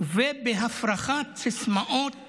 ובהפרחת סיסמאות